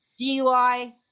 DUI